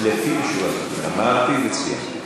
לִפנים משורת הדין, אמרתי וציינתי.